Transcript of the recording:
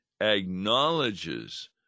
acknowledges